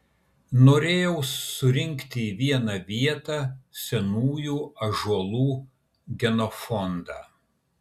norėjau surinkti į vieną vietą senųjų ąžuolų genofondą